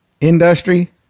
Industry